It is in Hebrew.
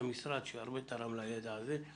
שלום לכולם, אני